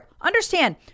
Understand